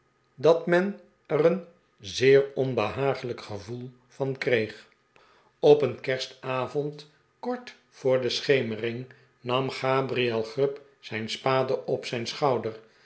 dat men er een zeer onbehaaglijk gevoel van kreeg op een kerstavond kort voor de schemering nam gabriel grub zijn spade op zijn schouder